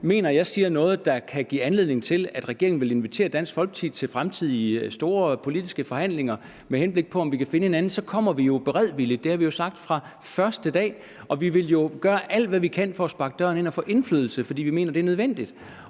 mener, at jeg siger noget, der kan give anledning til, at regeringen vil invitere Dansk Folkeparti til fremtidige, store politiske forhandlinger, med henblik på at man kan finde hinanden, så kommer vi jo beredvilligt. Det har vi jo sagt fra første dag. Vi vil jo gøre alt, hvad vi kan, for at sparke døren ind og få indflydelse, fordi vi mener, at det er nødvendigt.